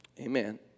Amen